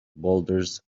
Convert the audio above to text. boulders